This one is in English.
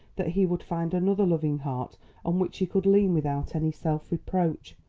that he would find another loving heart on which he could lean without any self-reproach.